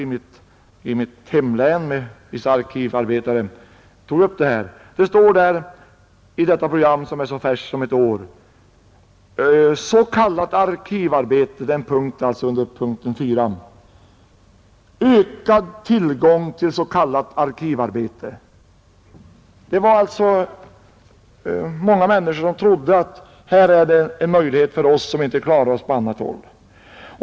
Jag har nämligen kontakt med vissa arkivarbetare i mitt hemlän. Där står i detta program, som alltså bara är ett år gammalt: ”Verksamheten bör effektiviseras bla genom ökad tillgång till sk arkivarbete.” Många människor trodde att här öppnar sig en utväg för oss som inte kan klara oss på annat håll.